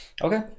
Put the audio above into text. okay